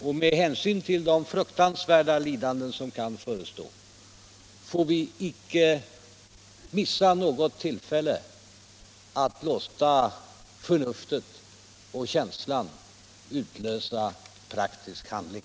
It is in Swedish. Och med hänsyn till de fruktansvärda lidanden som kan förestå får vi icke missa något tillfälle att låta förnuftet och känslan utlösa praktisk handling!